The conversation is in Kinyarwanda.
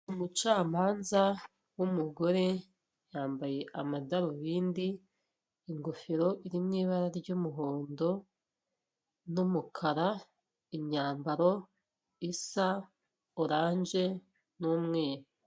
Umucamanza w'umugore yambaye amadarubindi, ingofero iri mu ibara ry'umuhondo n'umukara, imyambaro isa oranje n'umweru.